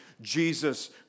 Jesus